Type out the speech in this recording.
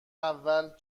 اول